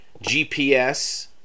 GPS